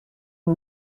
une